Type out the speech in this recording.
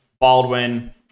Baldwin